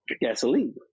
gasoline